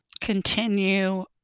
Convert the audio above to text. continue